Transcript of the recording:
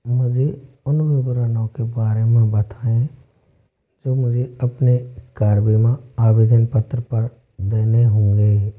मुझे उन विवरणों के बारे में बताएं जो मुझे अपने कार बीमा आवेदन पत्र पर देने होंगे